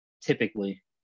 typically